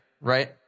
right